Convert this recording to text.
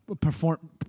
perform